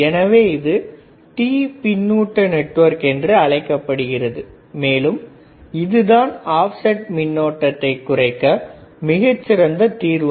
எனவே இது T பின்னுட்டு நெட்வொர்க் என்று அழைக்கப்படுகிறது மேலும் இதுதான் ஆப்செட் மின்னோட்டத்தை குறைக்க மிகச் சிறந்த தீர்வு